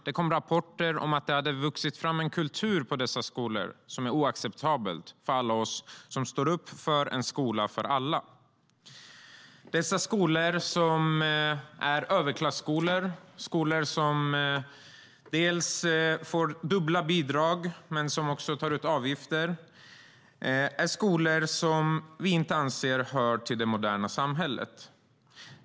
Det kom rapporter om att det hade vuxit fram en kultur på dessa skolor som är oacceptabel för alla oss som står upp för en skola för alla. Dessa skolor som är överklasskolor, skolor som dels får dubbla bidrag och som också tar ut avgifter, är skolor som vi inte anser hör till det moderna samhället.